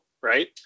right